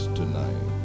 tonight